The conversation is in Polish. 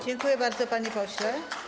Dziękuję bardzo, panie pośle.